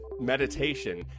meditation